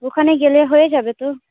ওখানে গেলে হয়ে যাবে তো